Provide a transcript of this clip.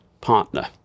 partner